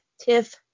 Tiff